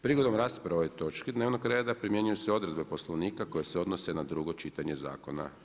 Prigodom rasprave o ovoj točki dnevnog reda primjenjuju se odredbe Poslovnika koje se odnose na drugo čitanje zakona.